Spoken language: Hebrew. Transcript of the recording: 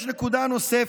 יש נקודה נוספת: